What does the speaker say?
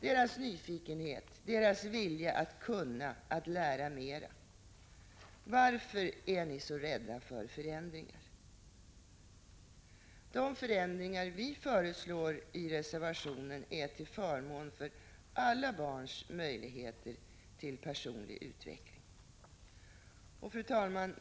Deras nyfikenhet, deras vilja att kunna, att lära mer. Varför är ni så rädda för förändringar? De förändringar vi föreslår är till förmån för alla barns möjligheter till personlig utveckling. Fru talman!